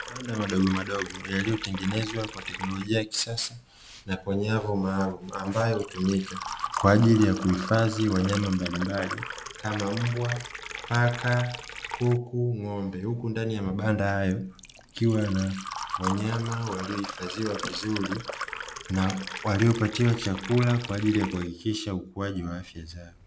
Mabanda madogo madogo yaliyotengenezwa kwa teknolojia ya kisasa na kwa nyavu maalumu na kwenye maalumu, ambayo hutumika Kwa ajili ya kuhifadhia wanyama mbalimbali kama mbwa, paka, kuku na ng'ombe huku ndani ya mabanda hayo kukiwa na wanyama waliohifadhiwa vizuri na waliopatia chakula ilikuhakikisha ukuwaji wa afya zao.